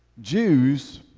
Jews